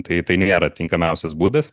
tai tai nėra tinkamiausias būdas